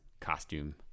costume